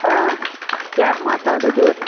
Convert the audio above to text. ಹಾಂ ಯಾರು ಮಾತಾಡೋದು